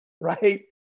right